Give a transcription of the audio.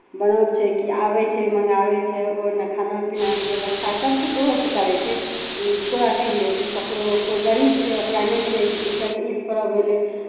पर्व छै कि आबै छै मङ्गाबै छै खाना पीनाके व्यवस्था सभकिछु ओहोसभ करै छै अथीमे रहै छै ककरो कोइ गरीब छै ओकरा नहि छै जाहिसँ ईद पर्व भेलै